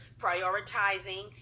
prioritizing